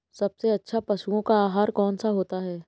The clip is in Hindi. सबसे अच्छा पशुओं का आहार कौन सा होता है?